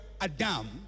Adam